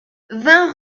vingt